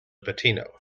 patino